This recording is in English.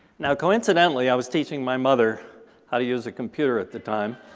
now, coincidentally, i was teaching my mother how to use a computer at the time,